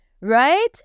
right